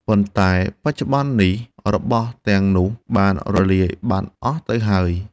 ប៉ុន្តែបច្ចុប្បន្ននេះ របស់ទាំងនោះបានរលាយបាត់អស់ទៅហើយ។